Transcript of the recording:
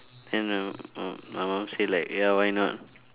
then uh uh my mum said like ya why not